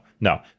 no